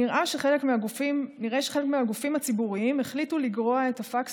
נראה שחלק מהגופים הציבוריים החליטו לגרוע את הפקס